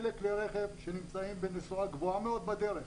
אלה כלי רכב שנמצאים בנסועה גבוהה מאוד בדרך,